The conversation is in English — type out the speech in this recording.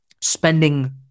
spending